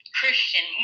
christian